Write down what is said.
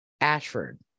Ashford